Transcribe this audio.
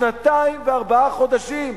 שנתיים וארבעה חודשים,